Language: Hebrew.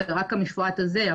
זה רק המפרט הזה.